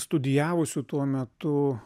studijavusių tuo metu